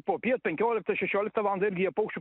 popiet penkioliktą šešioliktą valandą irgi jie paukščių